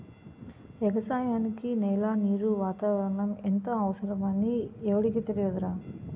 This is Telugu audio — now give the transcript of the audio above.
ఎగసాయానికి నేల, నీరు, వాతావరణం ఎంతో అవసరమని ఎవుడికి తెలియదురా